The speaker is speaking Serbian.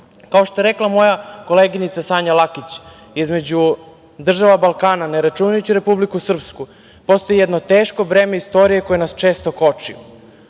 što je rekla moja koleginica Sanja Lakić, između država Balkana, ne računajući Republiku Srpsku, postoji jedno teško breme istorije koje nas često koči,